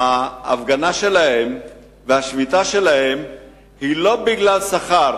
ההפגנה שלהם והשביתה שלהם היא לא בגלל שכר,